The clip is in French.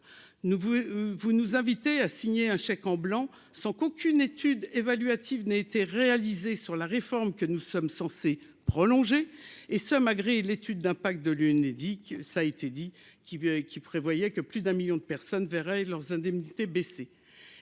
vous nous invitez à signer un chèque en blanc, sans qu'aucune étude évaluatif n'a été réalisée sur la réforme que nous sommes censés prolonger et sommes l'étude d'impact de l'Unédic, ça a été dit, qui veut, qui prévoyait que plus d'un 1000000 de personnes verraient leurs indemnités baisser